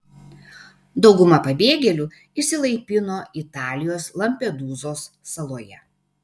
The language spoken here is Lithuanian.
dauguma pabėgėlių išsilaipino italijos lampedūzos saloje